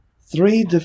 three